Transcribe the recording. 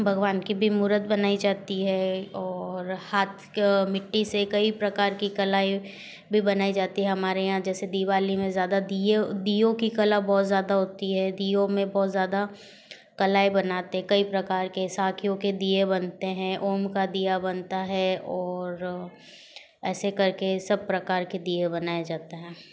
भगवान की भी मूरत बनाई जाती है और हाथ मिट्टी से कई प्रकार की कलाएँ भी बनाई जाती हैं हमारे यहाँ जैसे दीवाली में ज़्यादा दिए दियों की कला बहुत ज़्यादा होती है दियों में बहुत ज़्यादा कलाएँ बनाते कई प्रकार के साखियों के दिये बनते हैं ओम का दिया बनता है और ऐसे करके सब प्रकार के दिए बनाए जाते हैं